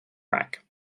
rack